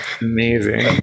amazing